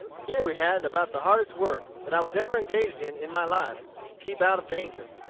here we had about the hardest work that i was ever engaged in in my life, to keep out of danger.